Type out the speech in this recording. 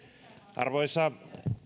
arvoisa